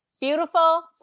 Beautiful